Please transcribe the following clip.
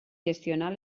gestionar